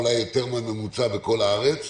אולי יותר מהממוצע בכל הארץ,